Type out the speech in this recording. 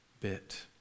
bit